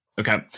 Okay